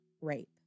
rape